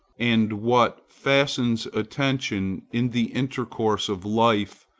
and what fastens attention, in the intercourse of life,